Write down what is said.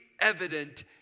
evident